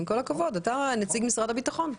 עם כל הכבוד, אתה נציג משרד הביטחון.